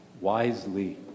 wisely